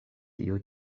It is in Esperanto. tio